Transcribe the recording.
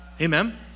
Amen